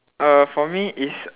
uh for me is